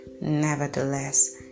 nevertheless